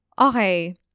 Okay